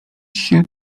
się